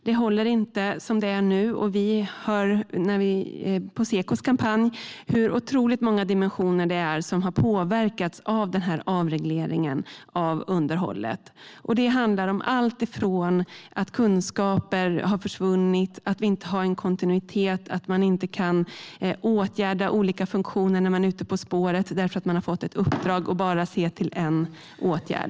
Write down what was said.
Det håller inte som det är nu, och vi hör på Sekos kampanj hur otroligt många dimensioner det är som har påverkats av avregleringen av underhållet. Det handlar om alltifrån att kunskaper har försvunnit och att vi inte har en kontinuitet till att man inte kan åtgärda olika funktioner när man är ute på spåret därför att man har fått ett uppdrag att bara se till en åtgärd.